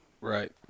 right